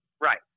Right